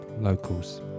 Locals